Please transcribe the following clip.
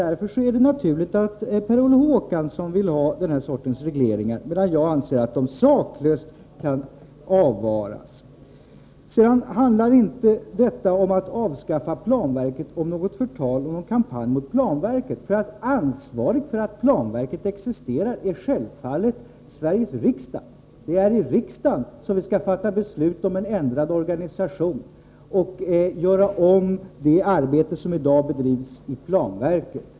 Därför är det naturligt att Per Olof Håkansson vill ha denna sorts reglering, medan jag anser att den saklöst kan avvaras. Detta att föreslå avskaffande av planverket är inte någon kampanj mot planverket. Ansvaret för att planverket existerar ligger självfallet på Sveriges riksdag. Det är i riksdagen som vi skall fatta beslut om en ändrad organisation och göra ändringar i fråga om det arbete som i dag bedrivs inom planverket.